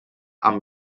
amb